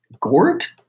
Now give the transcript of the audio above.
Gort